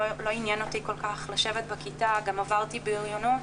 לא עניין אותי כל כך לשבת בכיתה, גם עברתי בריונות